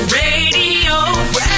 radio